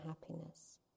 happiness